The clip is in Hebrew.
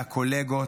מהקולגות,